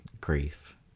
grief